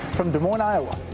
from des moines, iowa.